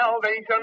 Salvation